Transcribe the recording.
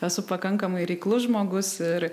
esu pakankamai reiklus žmogus ir